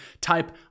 type